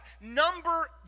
number